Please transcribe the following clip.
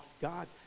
God